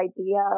idea